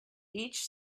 each